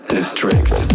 District